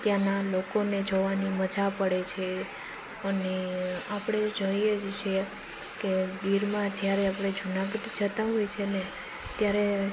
ત્યાંના લોકોને જોવાની મજા પડે છે અને આપણે જોઈએ જ છીએ કે ગીરમાં જ્યારે આપણે જૂનાગઢ જતાં હોઈએ છીએ ને ત્યારે